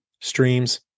streams